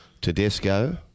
Tedesco